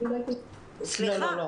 לא.